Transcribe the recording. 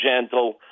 gentle